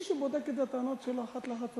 מי שבודק את הטענות שלו אחת לאחת,